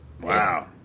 Wow